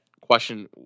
question